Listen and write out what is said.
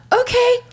okay